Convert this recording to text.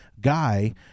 guy